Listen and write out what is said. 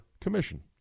commission